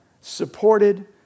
supported